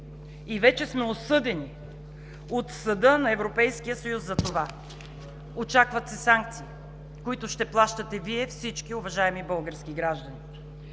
и вече сме осъдени от съда на Европейския съюз за това. Очакват се санкции, които ще плащате всички Вие, уважаеми български граждани.